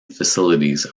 facilities